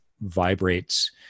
vibrates